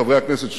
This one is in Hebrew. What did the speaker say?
חברי הכנסת,